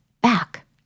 back